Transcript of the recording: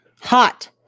Hot